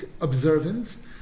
observance